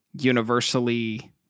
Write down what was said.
universally